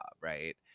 right